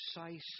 precise